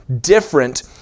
different